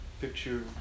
picture